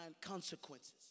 consequences